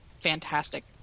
fantastic